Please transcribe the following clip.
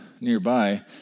nearby